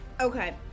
Okay